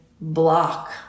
block